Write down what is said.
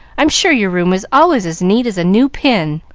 i'm sure your room is always as neat as a new pin,